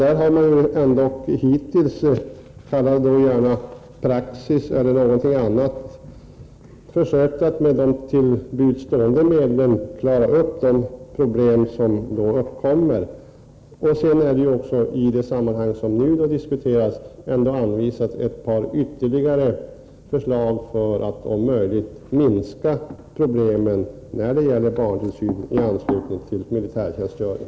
Där har man ändock hittills, kalla det gärna för praxis eller någonting annat, försökt att med de till buds stående medlen klara upp de problem som uppkommer. Dessutom har ytterligare ett par förslag aviserats för att om möjligt minska problemen när det gäller barnomsorgen i anslutning till militärtjänstgöring.